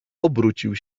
obrócił